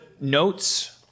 notes